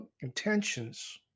intentions